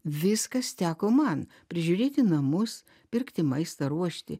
viskas teko man prižiūrėti namus pirkti maistą ruošti